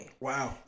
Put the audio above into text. Wow